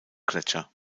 gletscher